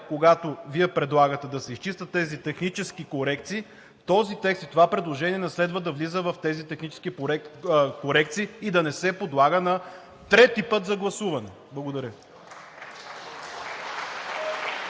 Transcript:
когато Вие предлагате да се изчистят тези технически корекции, този текст и това предложение не следва да влиза в тези технически корекции и да не се подлага трети път за гласуване. Благодаря